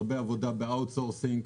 יש הרבה עבודה ב-out sourcing,